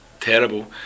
terrible